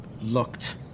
looked